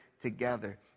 together